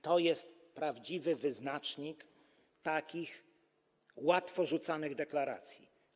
To jest prawdziwy wyznacznik takich łatwo rzucanych deklaracji.